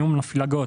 מימון מפלגות,